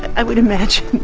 i would imagine,